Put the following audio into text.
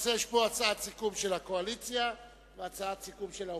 למעשה יש פה הצעת סיכום של הקואליציה והצעת סיכום של האופוזיציה.